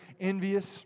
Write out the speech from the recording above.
envious